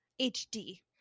HD